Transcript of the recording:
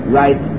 right